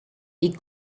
est